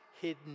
hidden